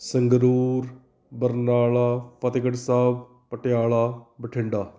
Sangrur Barnala Fatehgarh Sahib Patiala Bathinda